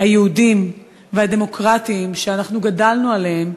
היהודיים והדמוקרטיים שאנחנו גדלנו עליהם.